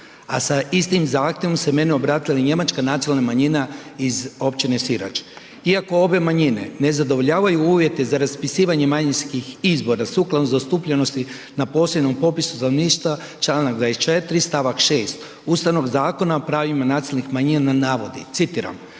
a sa istim zahtjevom se meni obratila i njemačka nacionalna manjina iz općine Sirač. Iako obe manjine ne zadovoljavaju uvjete za raspisivanje manjinskih izbora sukladno zastupljenosti na posljednjem popisu stanovništva čl. 24. st. 6. Ustavnog zakona o pravima nacionalnih manjina navodi, citiram: